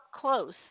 close